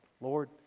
Lord